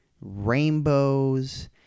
rainbows